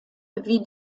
wie